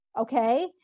Okay